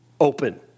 open